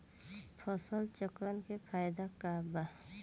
फसल चक्रण के फायदा का बा?